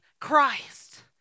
Christ